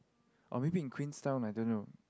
or maybe in QueensTown I don't know